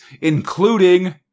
including